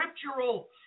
scriptural